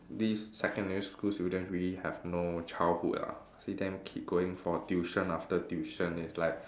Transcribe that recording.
these secondary school students really have no childhood ah see them keep going for tuition after tuition is like